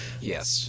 Yes